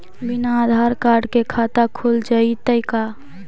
बिना आधार कार्ड के खाता खुल जइतै का?